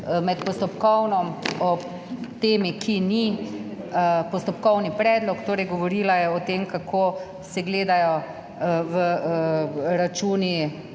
med postopkovnim o temi, ki ni postopkovni predlog. Govorila je o tem, kako se gledajo računi